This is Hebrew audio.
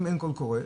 אם אין קול קורא,